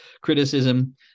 criticism